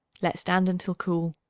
let stand until cool.